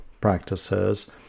practices